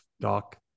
Doc